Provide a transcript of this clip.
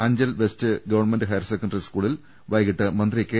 Anchal west government higher secondary സ് കൂളിൽ ഇന്ന്ടവൈകിട്ട് മന്ത്രി കെ